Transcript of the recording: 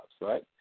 right